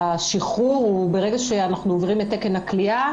השחרור הוא ברגע שאנחנו עוברים את תקן הכליאה.